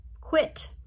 quit